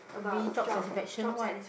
maybe job satisfaction what